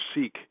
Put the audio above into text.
seek